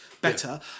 better